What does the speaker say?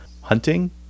hunting